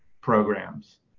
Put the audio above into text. programs